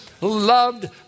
loved